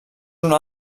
una